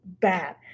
bad